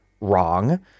wrong